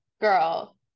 girl